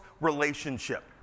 relationship